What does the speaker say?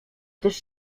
też